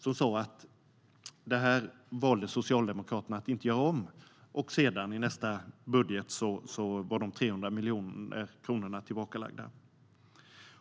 Socialdemokraterna valde att inte göra om detta, och i nästa budget var de 300 miljoner kronorna tillbakalagda.